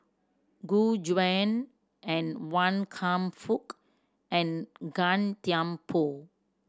Gu Juan and Wan Kam Fook and Gan Thiam Poh